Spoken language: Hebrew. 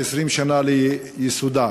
20 שנה לייסודה,